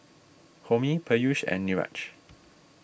Homi Peyush and Niraj